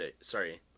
sorry